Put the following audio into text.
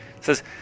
Says